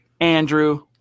Andrew